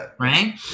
Right